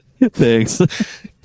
Thanks